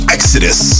Exodus